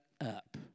up